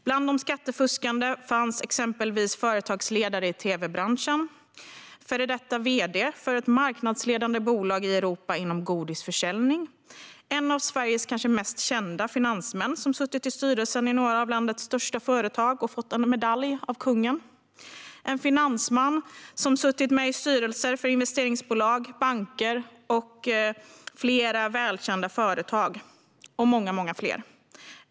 Bland de skattefuskande fanns exempelvis företagsledare i tv-branschen, en före detta vd för ett marknadsledande bolag i Europa inom godisförsäljning, en av Sveriges kanske mest kända finansmän som suttit i styrelsen i några av landets största företag och fått en medalj av kungen, en finansman som suttit med i styrelser för investeringsbolag, banker och flera välkända företag och många fler.